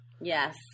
Yes